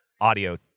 audio